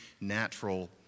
natural